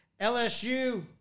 LSU